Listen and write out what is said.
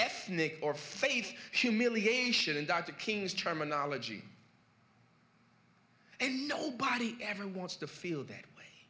ethnic or faith humiliation and dr king's terminology and nobody ever wants to feel that way